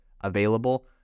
available